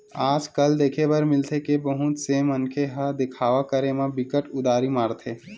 आज कल देखे बर मिलथे के बहुत से मनखे ह देखावा करे म बिकट उदारी मारथे